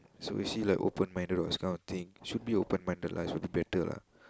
so is she like open minded or this kind of thing should be open minded lah is for the better lah